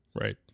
right